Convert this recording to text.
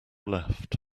left